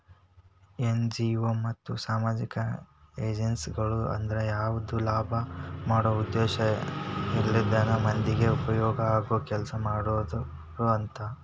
NGO ಮತ್ತ ಸಾಮಾಜಿಕ ಏಜೆನ್ಸಿಗಳು ಅಂದ್ರ ಯಾವದ ಲಾಭ ಮಾಡೋ ಉದ್ದೇಶ ಇರ್ಲಾರ್ದನ ಮಂದಿಗೆ ಉಪಯೋಗ ಆಗೋ ಕೆಲಸಾ ಮಾಡೋರು ಅಂತ